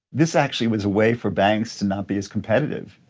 this actually was a way for banks to not be as competitive,